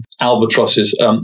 albatrosses